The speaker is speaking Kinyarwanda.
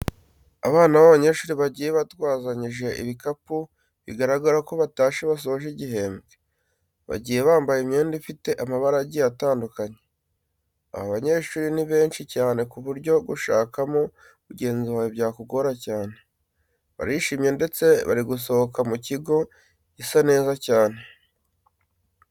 Abana b'abanyeshuri bagiye batwazanyije ibikapu bigaragara ko batashye basoje igihembwe, bagiye bambaye imyenda ifite amabara agiye atandukanye. Aba banyeshuri ni benshi cyane ku buryo gushakamo mugenzi wawe byakugora cyane. Barishimye ndetse bari gusohoka mu kigo gisa neza cyane.